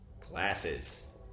Glasses